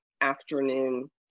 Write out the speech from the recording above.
afternoon